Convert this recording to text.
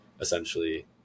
essentially